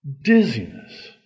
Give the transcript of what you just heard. dizziness